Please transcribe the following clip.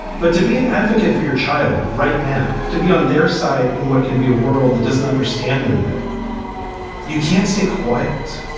but to be an advocate for your child right now, to be on their side in what can be a world that doesn't understand them yet you can't stay quiet.